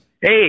Hey